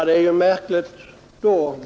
Herr talman!